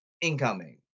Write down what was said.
incoming